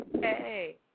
Hey